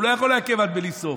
הוא לא יכול לעכב עד בלי סוף.